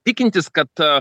tikintis kad